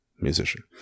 musician